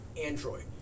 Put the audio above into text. Android